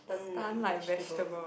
stunned like vegetable